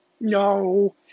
No